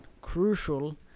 crucial